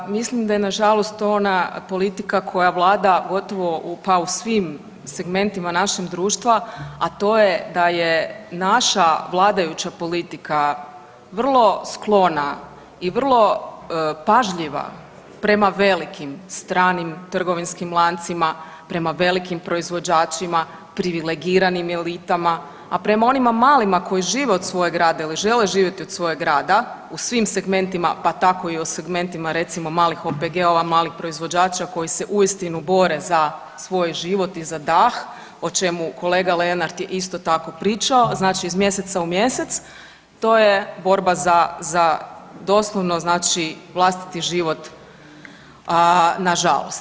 Pa mislim da je nažalost to ona politika koja vlada gotovo pa u svim segmentima našeg društva, a to je da je naša vladajuća politika vrlo sklona i vrlo pažljiva prema velikim, stranim trgovinskim lancima, prema velikim proizvođačima, privilegiranim elitama, a prema onima malima koji žive od svojeg rada ili žele živjeti od svojeg rada u svim segmentima pa tako i u segmentima recimo malih OPG-ova, malih proizvođača koji se uistinu bore za svoj život i za dah o čemu kolega Lenart je isto tako pričao, znači iz mjeseca u mjesec, to je borba za, za doslovno znači vlastiti život nažalost.